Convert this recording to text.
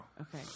okay